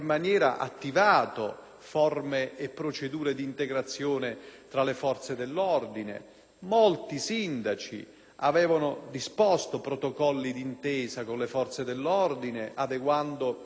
molti sindaci avevano disposto protocolli d'intesa con le forze dell'ordine, adeguando e mettendo a disposizione i vigili urbani.